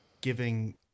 giving